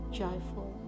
joyful